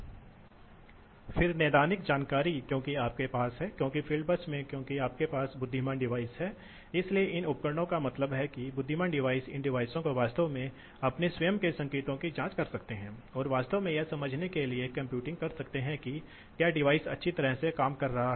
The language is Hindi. सबसे पहले ध्यान दें कि पंखे के आकार को 100 विचार के आधार पर चुना जाना चाहिए इसलिए क्योंकि 100 की मांग के लिए पंखा बहुत कम समय के लिए आता है यदि आप यदि आप ऐसे उपकरण का चयन करते हैं तो वह मांग पूरी हो जाएगी पंखो के आकार का चयन 100 द्वारा किया जाएगा लेकिन अधिकांश समय यह काम नहीं करेगा यह उस स्तर पर काम नहीं करेगा